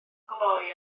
glou